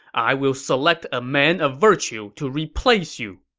i will select a man of virtue to replace you!